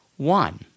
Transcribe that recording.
One